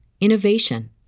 innovation